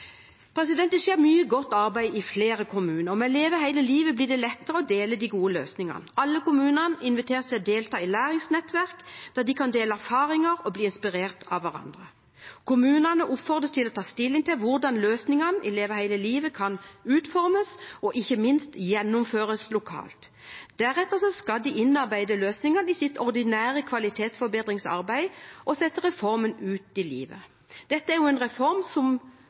Det skjer mye godt arbeid i flere kommuner, og med Leve hele livet blir det lettere å dele de gode løsningene. Alle kommunene inviteres til å delta i læringsnettverk der de kan dele erfaringer og bli inspirert av hverandre. Kommunene oppfordres til å ta stilling til hvordan løsningene i Leve hele livet kan utformes og ikke minst gjennomføres lokalt. Deretter skal de innarbeide løsningene i sitt ordinære kvalitetsforbedringsarbeid og sette reformen ut i livet. Dette er en reform som